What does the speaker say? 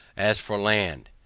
as for land.